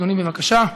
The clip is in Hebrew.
אדוני, בבקשה.